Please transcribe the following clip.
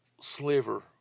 sliver